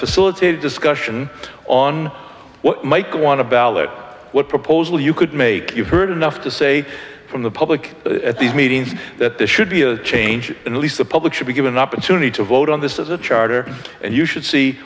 facilitated discussion on what might want to balance what proposal you could make you've heard enough to say from the public at these meetings that this should be a change and least the public should be given an opportunity to vote on this as a charter and you should see